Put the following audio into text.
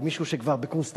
או מישהו שהוא כבר בקורס טיס,